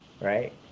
right